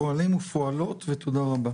פועלים ופועלות ותודה רבה.